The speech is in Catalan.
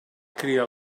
cria